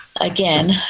Again